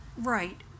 Right